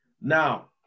Now